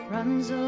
Runs